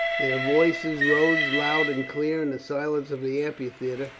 their voices rose loud and clear in the silence of the amphitheatre,